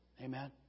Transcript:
Amen